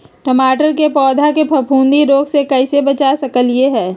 टमाटर के पौधा के फफूंदी रोग से कैसे बचा सकलियै ह?